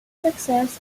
success